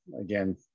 again